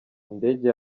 indege